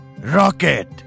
Rocket